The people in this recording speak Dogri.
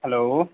हैलो